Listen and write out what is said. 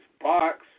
box